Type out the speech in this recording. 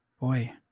boy